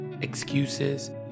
excuses